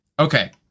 okay